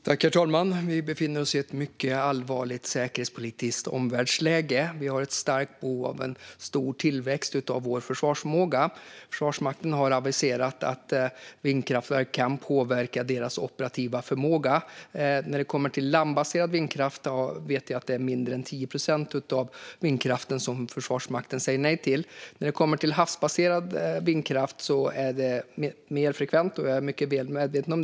Herr talman! Vi befinner oss i ett mycket allvarligt säkerhetspolitiskt omvärldsläge, och vi har ett starkt behov av en stor tillväxt av vår försvarsförmåga. Försvarsmakten har aviserat att vindkraftverk kan påverka deras operativa förmåga. När det kommer till landbaserad vindkraft vet jag att Försvarsmakten säger nej till mindre än 10 procent. När det kommer till havsbaserad vindkraft är det mer frekvent, vilket jag är mycket väl medveten om.